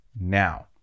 Now